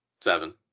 Seven